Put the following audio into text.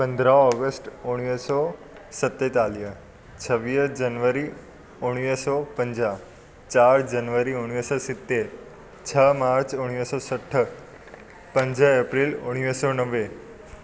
पंद्राहं ओगस्त उणिवीह सौ सतेतालीह छवीह जनवरी उणिवीह सौ पंजाह चारि जनवरी उणिवीह सौ सत छह मार्च उणिवीह सौ सठ पंज अप्रैल उणिवीह सौ नवे